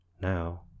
now